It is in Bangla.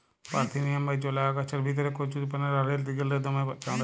পার্থেনিয়াম বা জলা আগাছার ভিতরে কচুরিপানা বাঢ়্যের দিগেল্লে দমে চাঁড়ের